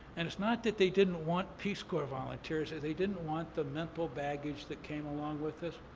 and it's not that they didn't want peace corps volunteers, they they didn't want the mental baggage that came along with this.